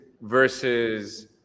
versus